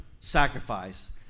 sacrifice